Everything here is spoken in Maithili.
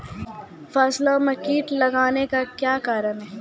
फसलो मे कीट लगने का क्या कारण है?